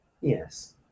yes